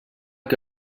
que